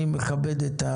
אושרה.